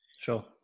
sure